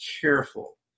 careful